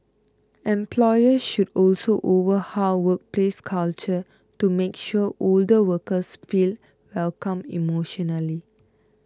employers should also overhaul workplace culture to make sure older workers feel welcome emotionally